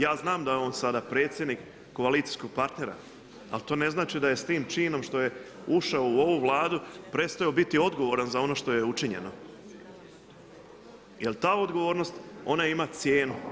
Ja znam da je on sada predsjednik koalicijskog partnera, ali to ne znači da je s tim činom, što je ušao u ovu vladu, prestao biti odgovoran za ono što je učinjeno, jer ta odgovornost ona ima cijenu.